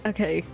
Okay